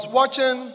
watching